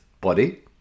body